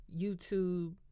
YouTube